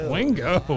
Wingo